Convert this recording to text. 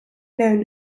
known